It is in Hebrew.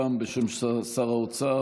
הפעם בשם שר האוצר,